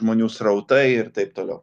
žmonių srautai ir taip toliau